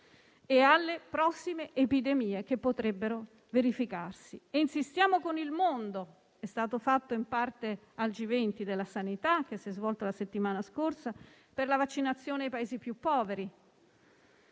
e alle prossime epidemie che potrebbero verificarsi. Insistiamo con il mondo, come è stato fatto in parte al G20 della sanità, che si è svolto la settimana scorsa, per la vaccinazione dei Paesi più poveri.